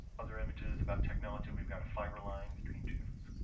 other images about technology we've got a fiber line between two different